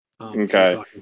Okay